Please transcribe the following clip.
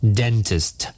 dentist